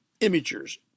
imagers